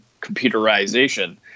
computerization